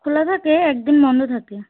খোলা থাকে একদিন বন্ধ থাকে